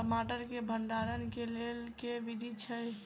टमाटर केँ भण्डारण केँ लेल केँ विधि छैय?